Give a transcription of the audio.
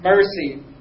mercy